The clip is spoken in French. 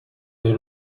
dès